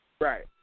Right